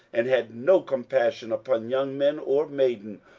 and had no compassion upon young man or maiden,